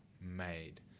made